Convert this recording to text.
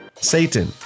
Satan